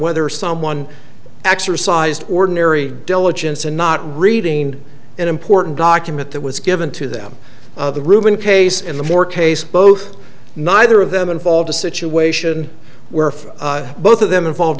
whether someone exercised ordinary diligence and not reading an important document that was given to them the rueben case in the more case both neither of them involved a situation where both of them involved